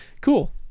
Cool